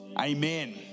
Amen